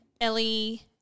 Ellie